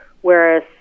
whereas